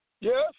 Yes